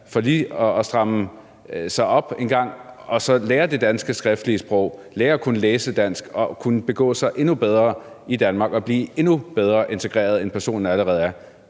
for lige at stramme sig op en gang og så lære det danske skriftlige sprog, lære at kunne læse dansk og kunne begå sig endnu bedre i Danmark og blive endnu bedre integreret, end personen allerede er.